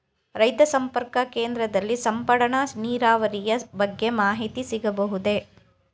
ರೈತ ಸಂಪರ್ಕ ಕೇಂದ್ರದಲ್ಲಿ ಸಿಂಪಡಣಾ ನೀರಾವರಿಯ ಬಗ್ಗೆ ಮಾಹಿತಿ ಸಿಗಬಹುದೇ?